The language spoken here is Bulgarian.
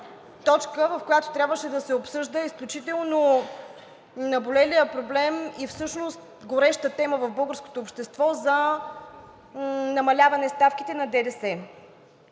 точка, в която трябваше да се обсъжда изключително наболелият проблем и всъщност гореща тема в българското общество за намаляване ставките на ДДС.